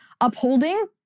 upholding